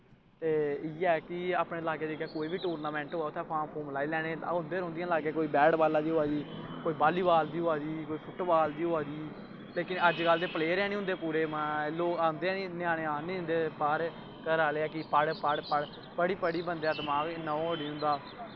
ते इ'यै कि अपनै लाग्गै धीगै कोई बी टूर्नामैंट होऐ उत्थैं फार्म फूम लाई लैने होंदे होंदियां रौंह्दियां कोई बैट बॉल दी होआ दी कोई बाल्ली बॉल दी होआ दी कोई फुट्ट बॉल दी होआ दी लेकिन अजकल्ल प्लेयर गै निं होंदे पूरे माहै लोग आंदे निं ञ्यानें आन निं दिंदे बाह्र घर आह्ले कि पढ़ पढ़ पढ़ी पढ़ी बंदे दा दमाक इन्ना ओह् निं होंदा